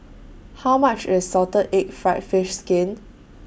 How much IS Salted Egg Fried Fish Skin